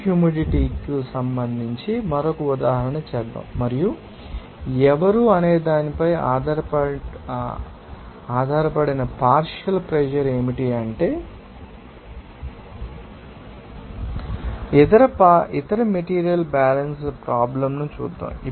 ఈ హ్యూమిడిటీ కు సంబంధించి మరొక ఉదాహరణ చేద్దాం మరియు ఎవరు అనేదానిపై ఆధారపడిన పార్షియల్ ప్రెషర్ ఏమిటంటే ఇతర మెటీరియల్ బ్యాలన్స్ ప్రాబ్లం ను చూద్దాం